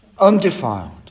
undefiled